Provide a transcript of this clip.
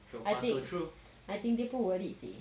I think I think dia pun worried seh